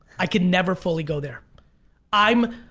i could never fully go there i'm,